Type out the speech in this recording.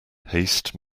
haste